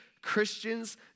Christians